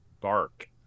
bark